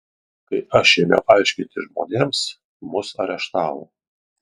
kai aš ėmiau aiškinti žmonėms mus areštavo